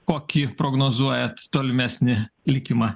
kokį prognozuojat tolimesnį likimą